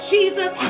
Jesus